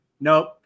Nope